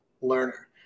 learner